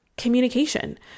communication